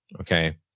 Okay